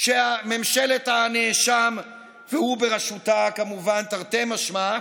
שממשלת הנאשם והוא בראשותה כמובן, תרתי משמע,